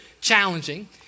challenging